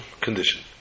condition